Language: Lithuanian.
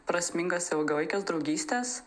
prasmingas ilgalaikes draugystes